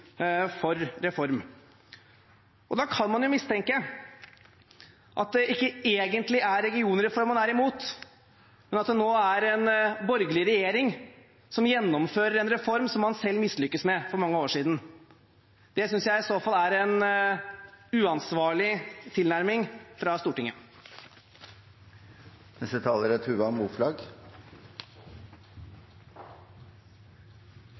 for reform. Da kan man mistenke at det ikke egentlig er regionreform man er imot, men det at det nå er en borgerlig regjering som gjennomfører en reform som man selv mislyktes med for mange år siden. Det synes jeg i så fall er en uansvarlig tilnærming fra Stortinget. Jeg tror jeg skal starte med å konstatere at jeg er